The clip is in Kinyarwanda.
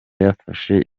yafashe